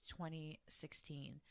2016